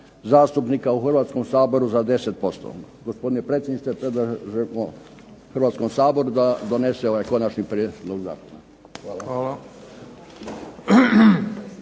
zastupnika u Hrvatskom saboru za 10%. Gospodine predsjedniče, predlažemo Hrvatskom saboru da donese ovaj konačni prijedlog zakona. Hvala.